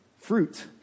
fruit